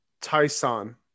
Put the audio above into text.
Tyson